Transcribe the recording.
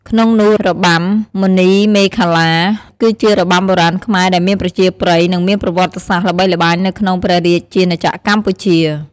ក្នងនោះរបាំមុនីមាឃលា គឺជារបាំបុរាណខ្មែរដែលមានប្រជាប្រិយ និងមានប្រវត្តិសាស្ត្រល្បីល្បាញនៅក្នុងព្រះរាជាណាចក្រកម្ពុជា។